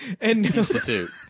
Institute